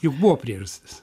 juk buvo priežastys